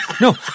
No